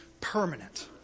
permanent